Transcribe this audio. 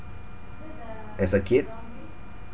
as a kid